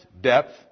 depth